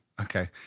Okay